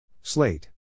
slate